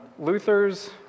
Luther's